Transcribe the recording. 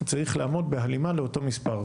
צריך לעמוד בהלימה לאותו מספר.